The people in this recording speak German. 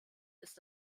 ist